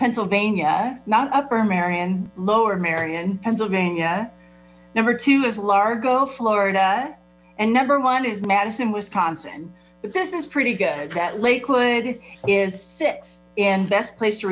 pennsylvania not upper merion lower merion pennsylvania number two is largo florida and number one is madison wisconsin but this is pretty good that lakewood is six and best place to